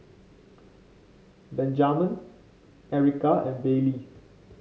Benjaman Ericka and Bailey